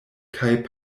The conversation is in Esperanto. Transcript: kaj